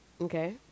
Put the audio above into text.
Okay